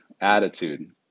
attitude